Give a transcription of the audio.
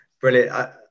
Brilliant